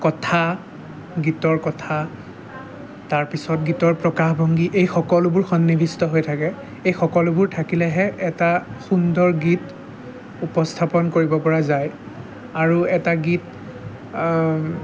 কথা গীতৰ কথা তাৰপিছত গীতৰ প্ৰকাশভংগী এই সকলোবোৰ সন্নিৱিষ্ট হৈ থাকে এইসকলোবোৰ থাকিলেহে এটা সুন্দৰ গীত উপস্থাপন কৰিব পৰা যায় আৰু এটা গীত